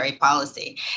policy